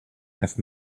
have